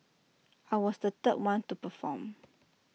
I was the third one to perform